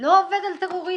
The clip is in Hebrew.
לא עובד על טרוריסטים.